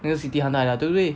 那个 city hunter 来的啊对不对